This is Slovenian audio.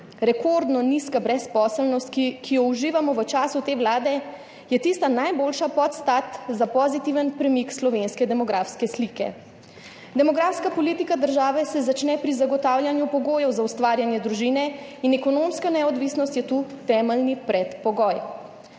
Rekordno nizka brezposelnost, ki jo uživamo v času te vlade, je tista najboljša podstat za pozitiven premik slovenske demografske slike. Demografska politika države se začne pri zagotavljanju pogojev za ustvarjanje družine in ekonomska neodvisnost je tu temeljni predpogoj.